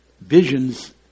visions